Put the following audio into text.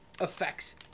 effects